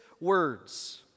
words